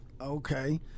Okay